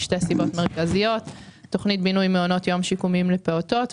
בשל שתי סיבות מרכזיות: תוכנית בינוי מעונות יום שיקומיים לפעוטות,